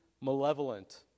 malevolent